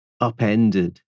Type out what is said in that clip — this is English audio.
upended